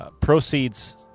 proceeds